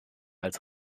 als